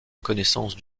connaissance